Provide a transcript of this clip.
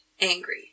angry